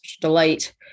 delight